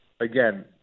again